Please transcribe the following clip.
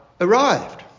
arrived